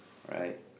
right